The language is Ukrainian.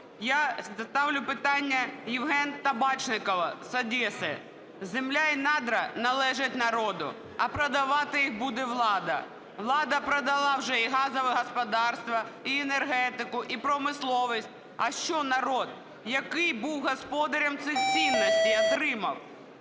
я ставлю питання Євгена Табачнікова з Одеси. "Земля і надра належать народу. А продавати їх Наступне питання, яке ставлять буде влада. Влада продала вже і газове господарство, і енергетику, і промисловість. А що народ, який був господарем цих цінностей, отримав?